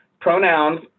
pronouns